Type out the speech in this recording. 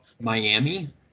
Miami